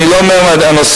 אני לא אומר מה הנושאים,